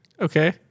Okay